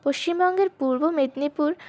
পশ্চিমবঙ্গের পূর্ব মেদিনীপুর